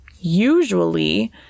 usually